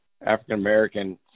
African-American